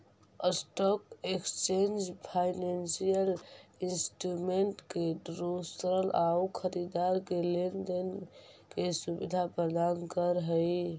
stock exchange financial instrument के traders आउ खरीदार के लेन देन के सुविधा प्रदान करऽ हइ